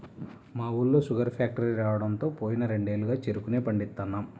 మా ఊళ్ళో sugar factory రాడంతో పోయిన రెండేళ్లుగా చెరుకునే పండిత్తన్నాం